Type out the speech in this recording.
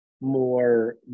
More